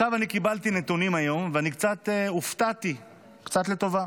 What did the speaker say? קיבלתי נתונים היום וקצת הופתעתי לטובה.